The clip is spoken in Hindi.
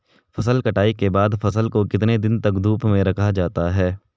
फसल कटाई के बाद फ़सल को कितने दिन तक धूप में रखा जाता है?